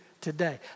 today